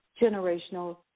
generational